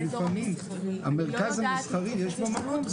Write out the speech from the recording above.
ולפעמים במרכז המסחרי יש מקום,